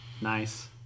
Nice